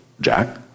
jack